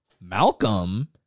malcolm